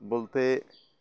বলতে